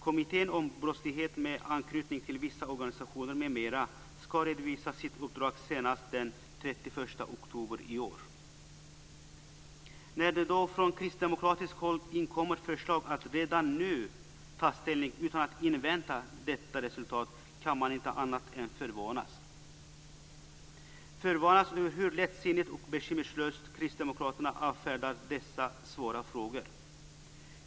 Kommittén om brottslighet med anknytning till vissa organisationer m.m. ska redovisa sitt uppdrag senast den 31 oktober i år. När det då från kristdemokratiskt håll inkommer förslag om att redan nu ta ställning utan att ta invänta detta resultat kan man inte annat är förvånas. Man förvånas över hur lättsinnigt och bekymmerslöst kristdemokraterna avfärdar dessa frågor.